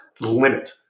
limit